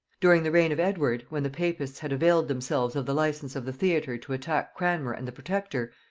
during the reign of edward, when the papists had availed themselves of the license of the theatre to attack cranmer and the protector,